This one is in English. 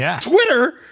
Twitter